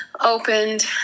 opened